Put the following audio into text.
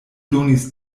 donis